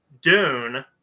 Dune